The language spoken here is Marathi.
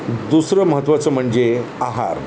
दुसरं महत्त्वाचं म्हणजे आहार